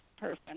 person